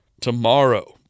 tomorrow